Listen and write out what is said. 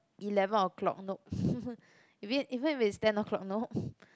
eleven O-clock nope eve~ even if it's ten O-clock nope